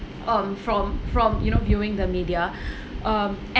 um from from you know viewing the media um act